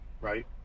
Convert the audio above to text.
right